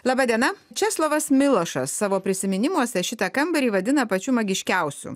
laba diena česlovas milošas savo prisiminimuose šitą kambarį vadina pačiu magiškiausiu